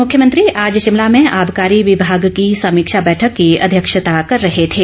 मुख्यमंत्री आज शिमला में आबकारी विभाग की समीक्षा बैठक की अध्यक्षता कर रहे थे